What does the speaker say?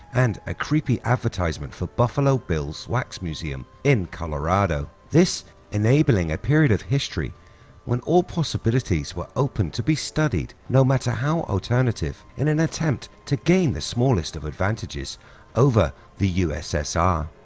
and a creepy advertisement for the buffalo bill wax museum in colorado. this enabling a period of history when all possibilities were open to be studied no matter how alternative in an attempt to gain the smallest of advantages over the ussr.